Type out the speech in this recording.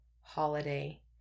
holiday